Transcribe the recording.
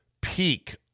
peak